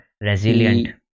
resilient